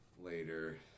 later